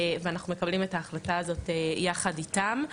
ואנחנו מקבלים את ההחלטה הזאת יחד איתם,